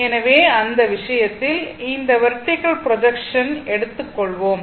எனவே அந்த விஷயத்தில் இந்த வெர்டிகல் ப்ரொஜெக்ஷன் எடுத்துக் கொள்வோம்